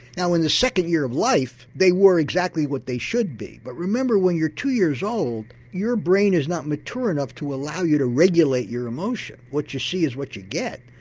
now in the second year of life they were exactly what they should be. but remember, when you're two years old your brain is not mature enough to allow you to regulate your emotion what you see is what you get.